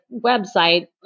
website